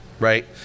Right